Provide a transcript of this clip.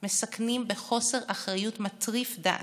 מסכנים, בחוסר אחריות מטריף דעת,